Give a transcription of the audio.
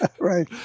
Right